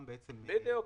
בדיוק,